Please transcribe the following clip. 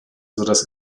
sodass